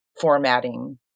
formatting